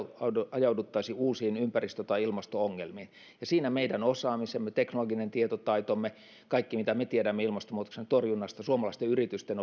ajauduttaisi uusiin ympäristö tai ilmasto ongelmiin ja siinä meidän osaamisemme teknologisen tietotaitomme kaiken mitä me tiedämme ilmastonmuutoksen torjunnasta suomalaisten yritysten